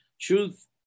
truth